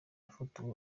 yafotowe